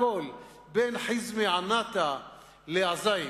בין חיזמה-ענתא לאל-זעים,